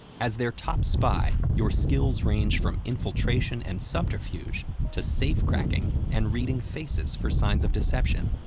as their top spy, your skills range from infiltration and subterfuge, to safecracking and reading faces for signs of deception.